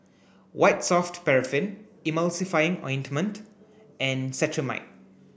white soft paraffin Emulsying ointment and Cetrimide